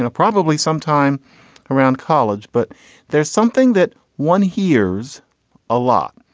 ah probably sometime around college. but there's something that one hears a lot.